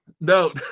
no